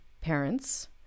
parents